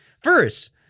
First